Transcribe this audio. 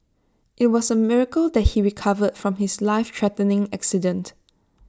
IT was A miracle that he recovered from his lifethreatening accident